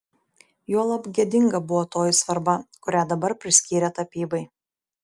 juolab gėdinga buvo toji svarba kurią dabar priskyrė tapybai